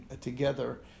together